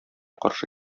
каршы